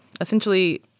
essentially